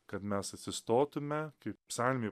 kad mes atsistotume kaip psalmėj